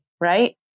right